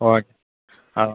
okay ஆ